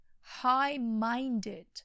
high-minded